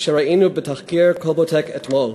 שראינו בתחקיר "כלבוטק" אתמול.